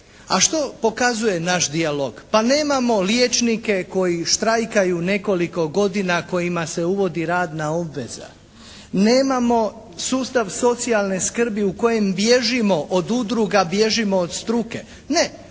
A što pokazuje naš dijalog? Pa nemamo liječnike koji štrajkaju nekoliko godina, kojima se uvodi radna obveza. Nemamo sustav socijalne skrbi u kojem bježimo od udruga, bježimo od struke. Ne,